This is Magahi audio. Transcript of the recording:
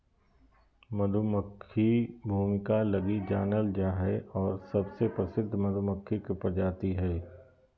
मधुमक्खी भूमिका लगी जानल जा हइ और सबसे प्रसिद्ध मधुमक्खी के प्रजाति हइ